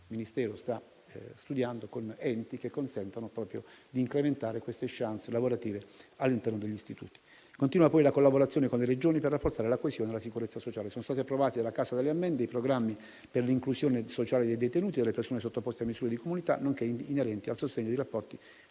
Il Ministero sta poi studiando convenzioni private con enti che consentano di incrementare le *chance* lavorative all'interno degli istituti di pena. Continua poi la collaborazione con le Regioni per rafforzare la coesione e la sicurezza sociale. Sono stati approvati dalla cassa delle ammende i programmi per l'inclusione sociale dei detenuti e delle persone sottoposte a misure di comunità, nonché inerenti al sostegno dei rapporti